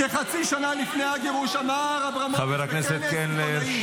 כחצי שנה לפני הגירוש אמר אברמוביץ' בכנס -- חבר הכנסת קלנר,